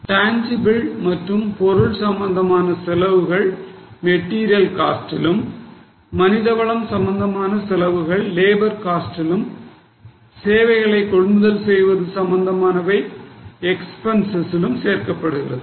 Tangible மற்றும் பொருள் சம்பந்தமான செலவுகள் மெட்டீரியல் காஸ்ட்லும் மனிதவளம் சம்பந்தமான செலவுகள் லேபர் காஸ்ட்லும் சேவைகளை கொள்முதல் செய்வது சம்பந்தமானவை எக்பென்சசிலும் சேர்க்கப்படுகிறது